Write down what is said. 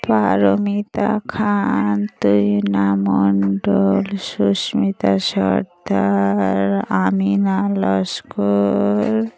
Paromita Khan Toyna Mondal Susmita Sardar Amina Laskar